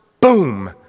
boom